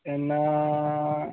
केन्ना